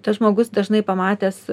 tas žmogus dažnai pamatęs